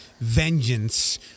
vengeance